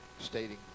stating